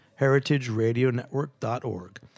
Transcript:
heritageradionetwork.org